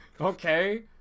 Okay